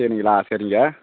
தேனிங்களா சரிங்க